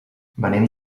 venim